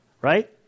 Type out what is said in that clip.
right